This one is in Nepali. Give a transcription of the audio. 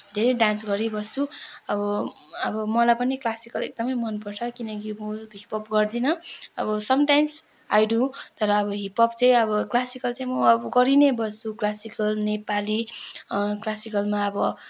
धेरै डान्स गरिबस्छु अब अब मलाई पनि क्लासिकल एकदमै मनपर्छ किनकि म हिपप् गर्दिनँ अब समटाइम्स आई डु तर अब हिपप् चाहिँ अब क्लासिकल चाहिँ म अब गरिनै बस्छु क्लासिकल नेपाली क्लासिकलमा अब